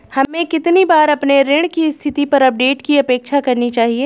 हमें कितनी बार अपने ऋण की स्थिति पर अपडेट की अपेक्षा करनी चाहिए?